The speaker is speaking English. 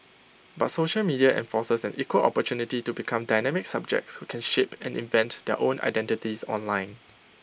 but social media enforces an equal opportunity to become dynamic subjects who can shape and invent their own identities online